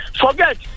forget